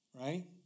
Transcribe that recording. right